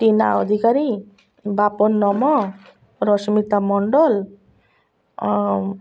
ଟିନା ଅଧିକାରୀ ବାପନ୍ ନମ ରଶ୍ମିତା ମଣ୍ଡଲ